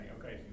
okay